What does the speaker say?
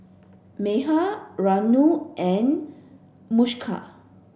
Medha Renu and Mukesh